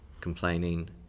complaining